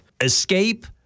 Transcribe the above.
escape